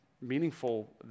meaningful